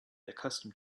accustomed